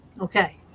Okay